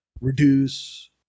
reduce